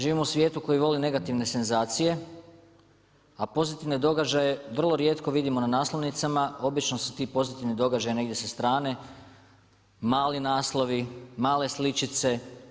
Živimo u svijetu koje vole negativne senzacije, a pozitivne događaje vrlo rijetko vidimo na naslovnicama, obično su ti pozitivni događaji negdje sa strane, mali naslovi, male sličice.